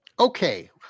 Okay